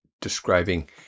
describing